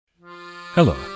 Hello